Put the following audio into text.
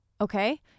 okay